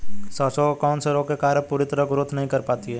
सरसों कौन से रोग के कारण पूरी तरह ग्रोथ नहीं कर पाती है?